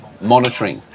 monitoring